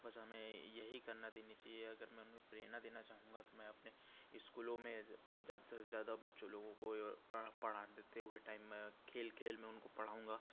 बस हमें यही करना देनी चाहिए अगर में प्रेरणा देना चाहूँगा तो मैं अपने स्कूलों में ज़्यादा से ज़्यादा बच्चों लोगों को पढ़ा देते हुए टाइम खेल खेल में उनको पढ़ाऊँगा